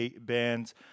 bands